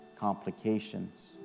Complications